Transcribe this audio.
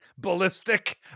Ballistic